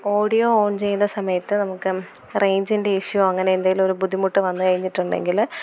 audio on ചെയ്യുന്ന സമയത്ത് നമുക്ക് റേഞ്ചിൻ്റെ ഇഷ്യൂ അങ്ങനെ എന്തെങ്കിലും ഒരു ബുദ്ധിമുട്ട് വന്നു കഴിഞ്ഞിട്ടുണ്ടെങ്കിൽ